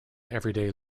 everyday